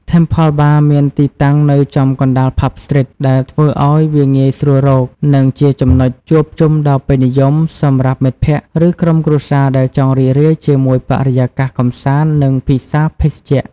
Temple Bar មាន ទីតាំងនៅចំកណ្តាល ផាប់ ស្ទ្រីត ដែលធ្វើឲ្យវាងាយស្រួលរក និងជាចំណុចជួបជុំដ៏ពេញនិយមសម្រាប់មិត្តភក្តិ ឬក្រុមគ្រួសារដែលចង់រីករាយជាមួយបរិយាកាសកម្សាន្ត និងពិសាភេសជ្ជៈ។